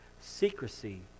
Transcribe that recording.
Secrecy